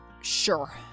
Sure